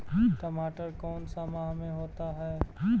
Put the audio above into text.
टमाटर कौन सा माह में होता है?